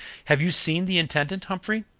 have you seen the intendant, humphrey?